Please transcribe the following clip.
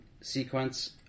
sequence